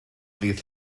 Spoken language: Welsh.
ddydd